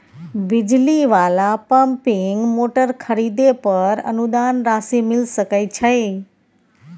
बिजली वाला pumping motor खरीदे पर अनुदान राशि मिल सके छैय?